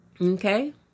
Okay